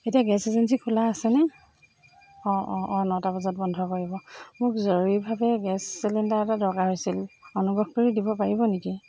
এতিয়া gas agency খোলা আছেনে অঁ অঁ অঁ নটা বজাত বন্ধ কৰিব মোক জৰুৰীভাৱে গেছ চিলিণ্ডাৰ এটা দৰকাৰ হৈছিল অনুগ্ৰহ কৰি দিব পাৰিব নেকি